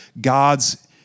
gods